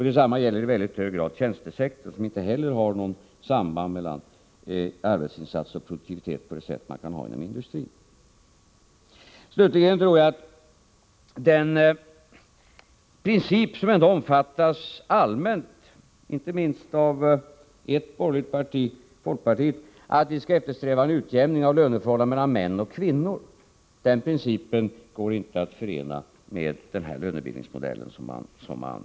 Detsamma gäller i väldigt hög grad tjänstesektorn, som inte heller har något samband mellan arbetsinsats och produktivitet på det sätt som man kan ha inom industrin. Vidare vill jag säga att den princip som ändå omfattas allmänt — inte minst av ett borgerligt parti, folkpartiet — att vi skall eftersträva en utjämning av löneförhållandena mellan män och kvinnor går inte att förena med den lönebildningsmodell som beskrivits.